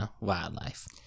wildlife